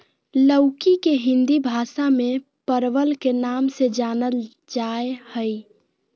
लौकी के हिंदी भाषा में परवल के नाम से जानल जाय हइ